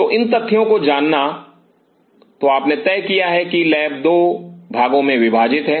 तो इन तथ्यों को जानना तो आपने तय किया है कि लैब 2 भागों में विभाजित है